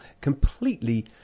Completely